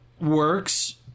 works